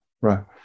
right